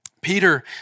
Peter